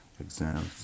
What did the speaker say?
exams